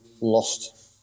lost